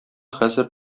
хәзер